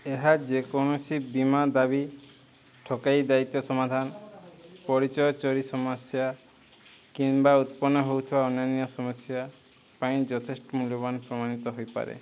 ଏହା ଯେକୌଣସି ବୀମା ଦାବି ଠକେଇ ଦାୟିତ୍ୱ ସମାଧାନ ପରିଚୟ ଚୋରି ସମସ୍ୟା କିମ୍ବା ଉତ୍ପନ୍ନ ହେଉଥିବା ଅନ୍ୟାନ୍ୟ ସମସ୍ୟା ପାଇଁ ଯଥେଷ୍ଟ ମୂଲ୍ୟବାନ ପ୍ରମାଣିତ ହୋଇପାରେ